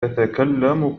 تتكلم